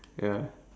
ya